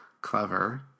clever